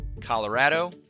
Colorado